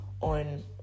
on